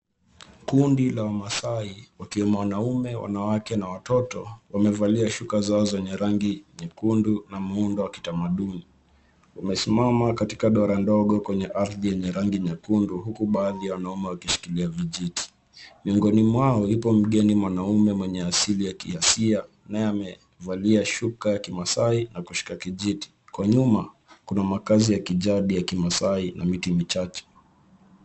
Kundi la wamaasai wakiwemo wanaume, wanawake na watoto, wamevalia shuka zao zenye rangi nyekundu na muundo wa kitamaduni. Wamesimama katika dora ndogo kwenye ardhi yenye rangi nyekundu ,huku baadhi ya wanaume wakishikilia vijiti. Miongoni mwao yupo mgeni mwanaume mwenye asili ya kiasia, naye amevalia shuka ya kimaasai na kushika kijiti. Kwa nyuma kuna maakazi ya kijadi ya kimaasai na miti michache.